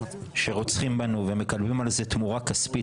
שרוצחים בנו ומקבלים על זה תמורה כספית,